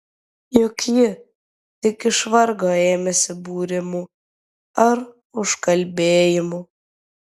juk ji tik iš vargo ėmėsi būrimų ar užkalbėjimų